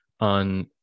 on